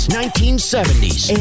1970s